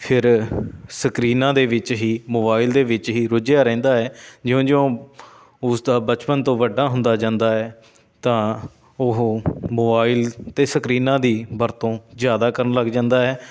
ਫਿਰ ਸਕਰੀਨਾਂ ਦੇ ਵਿੱਚ ਹੀ ਮੋਬਾਈਲ ਦੇ ਵਿੱਚ ਹੀ ਰੁੱਝਿਆ ਰਹਿੰਦਾ ਹੈ ਜਿਉਂ ਜਿਉਂ ਉਸ ਦਾ ਬਚਪਨ ਤੋਂ ਵੱਡਾ ਹੁੰਦਾ ਜਾਂਦਾ ਹੈ ਤਾਂ ਉਹ ਮੋਬਾਈਲ ਅਤੇ ਸਕਰੀਨਾਂ ਦੀ ਵਰਤੋਂ ਜ਼ਿਆਦਾ ਕਰਨ ਲੱਗ ਜਾਂਦਾ ਹੈ